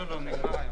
מי נמנע?